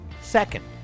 Second